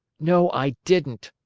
no, i didn't!